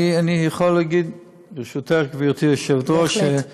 אני יכול להגיד, ברשותך, גברתי היושבת-ראש, בהחלט.